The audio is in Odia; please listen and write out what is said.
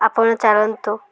ଆପଣ ଚାଲନ୍ତୁ